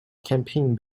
campaign